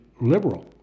liberal